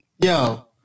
yo